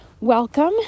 Welcome